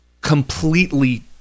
completely